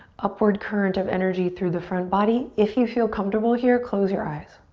upward current of energy through the front body. if you feel comfortable here, close your eyes.